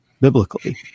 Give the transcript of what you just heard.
biblically